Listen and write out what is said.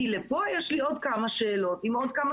כי לפה יש לי עוד כמה שאלות עם עוד כמה